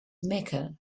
mecca